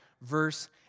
verse